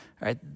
right